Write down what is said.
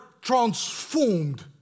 transformed